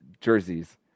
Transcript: jerseys